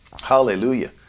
Hallelujah